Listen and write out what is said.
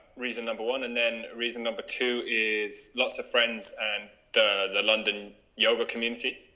reason number one and then reason number two is lots of friends and the london yoga community.